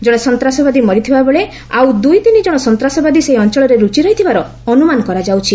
ଜଣେ ସନ୍ତାସବାଦୀ ମରିଥିବା ବେଳେ ଆଉ ଦୁଇ ତିନି ଜଣ ସନ୍ତାସବାଦୀ ସେହି ଅଞ୍ଚଳରେ ଲୁଚି ରହିଥିବାର ଅନୁମାନ କରାଯାଉଛି